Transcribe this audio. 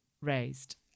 raised